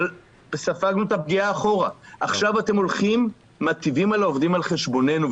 ספגנו את הפגיעה אחורה ועכשיו אתם מיטיבים לעובדים על חשבוננו,